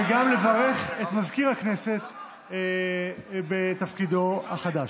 וגם לברך את מזכיר הכנסת בתפקידו החדש.